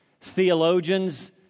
theologians